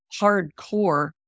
hardcore